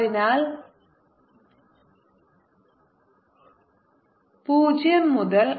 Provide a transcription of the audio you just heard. അതിനാൽ 0 മുതൽ r വരെ നമ്മൾ ഇന്റഗ്രേഷൻ ചെയ്യുന്നു 0 മുതൽ R